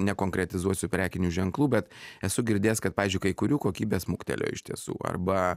nekonkretizuosiu prekinių ženklų bet esu girdėjęs kad pavyzdžiui kai kurių kokybė smuktelėjo iš tiesų arba